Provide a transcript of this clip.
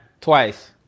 twice